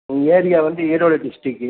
ம் ஏரியா வந்து ஈரோடு டிஸ்ட்ரிக்கு